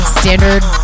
standard